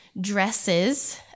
dresses